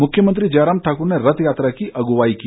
मुख्यमंत्री जयराम ठाकूर ने रथयात्रा की अग्वाई की